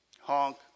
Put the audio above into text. Honk